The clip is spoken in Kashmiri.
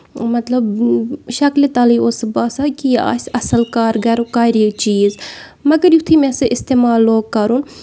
مطلب شکلہِ تَلٕے اوس سُہ باسان کہِ یہِ آسہِ اَصٕل کارگرُک کرِ یہِ چیٖز مَگر یِتھُے مےٚ سُہ اِستعمال لوگ کَرُن